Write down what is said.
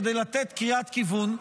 כדי לתת קריאת כיוון.